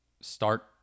start